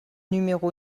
numéro